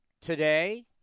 today